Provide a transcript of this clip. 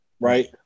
right